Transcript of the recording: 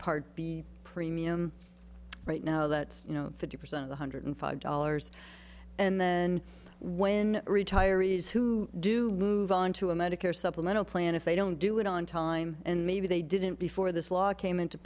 part b premium right now that you know fifty percent one hundred five dollars and then when retirees who do move onto a medicare supplemental plan if they don't do it on time and maybe they didn't before this law came into